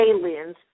aliens